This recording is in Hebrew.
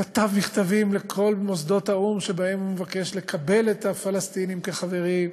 כתב מכתבים לכל מוסדות האו"ם שבהם הוא מבקש לקבל את הפלסטינים כחברים,